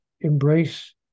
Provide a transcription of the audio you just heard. embrace